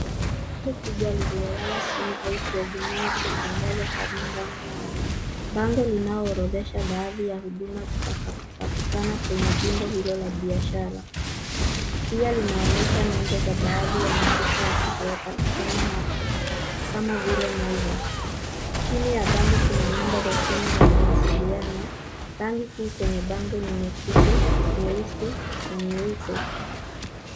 Ni bango kubwa lililolala chini au kuegemea likitangaza Hurligham mall. Bango linaorodhesha baadhi ya huduma zitakapopatikana kwenye jengo hilo la biashara. Pia linaonyesha nebo za baadhi ya maduka yatakayopatikana hapo, kama vile Naivas. Chini ya bango kuna namba za simu za mawasiliano. Rangi kuu kwenye bango ni nyekundu, nyeusi na nyeupe.